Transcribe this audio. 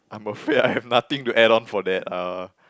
I'm afraid I have nothing to add on for that uh